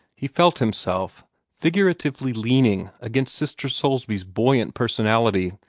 he felt himself figuratively leaning against sister soulsby's buoyant personality,